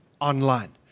online